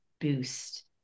boost